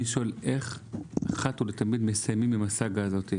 אני שואל איך אחת ולתמיד מסיימים עם הסאגה הזאת?